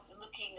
looking